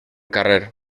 carrer